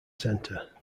center